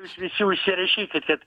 jūs visi užsirašykit